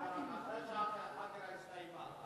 אחרי שהחקירה הסתיימה.